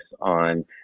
on